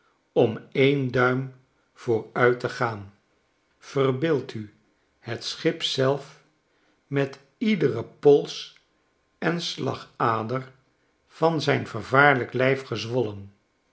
om n duim vooruit te gaan verbeeld u het schip zelf met iederen pols en slagader van zijn vervaarlijk lijf gezwollen